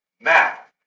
map